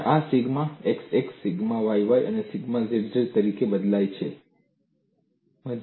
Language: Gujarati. અને આ sigma xx sigma yy sigma zz તરીકે બદલાય છે